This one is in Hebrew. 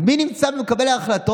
אז מי נמצא בין מקבלי ההחלטות?